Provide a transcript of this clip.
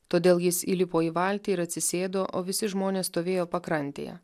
todėl jis įlipo į valtį ir atsisėdo o visi žmonės stovėjo pakrantėje